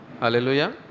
Hallelujah